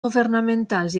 governamentals